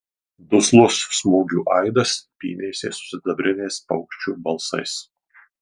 duslus smūgių aidas pynėsi su sidabriniais paukščių balsais